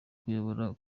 kuyobora